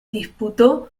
disputó